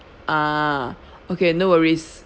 ah okay no worries